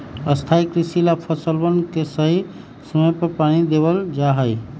स्थाई कृषि ला फसलवन के सही समय पर पानी देवल जा हई